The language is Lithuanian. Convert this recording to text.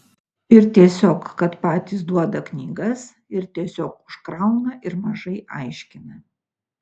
ir tiesiog kad patys duoda knygas ir tiesiog užkrauna ir mažai aiškina